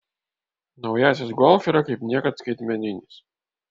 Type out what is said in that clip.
naujasis golf yra kaip niekad skaitmeninis